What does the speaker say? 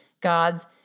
God's